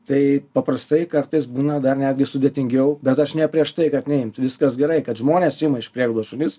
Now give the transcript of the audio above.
tai paprastai kartais būna dar netgi sudėtingiau bet aš ne prieš tai kad neimti viskas gerai kad žmonės ima iš prieglaudos šunis